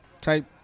type